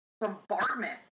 bombardment